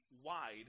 wide